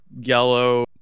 yellow